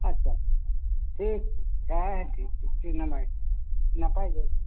ᱟᱪ ᱪᱷᱟ ᱴᱷᱤᱠ ᱦᱮᱸ ᱦᱮᱸ ᱴᱷᱤᱠ ᱴᱷᱤᱠ ᱱᱟᱯᱟᱭ ᱜᱮ ᱱᱟᱯᱟᱭ ᱜᱮ